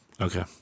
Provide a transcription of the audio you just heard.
Okay